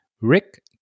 Rick